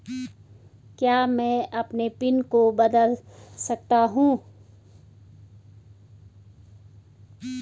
क्या मैं अपने पिन को बदल सकता हूँ?